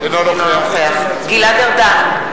אינו נוכח גלעד ארדן,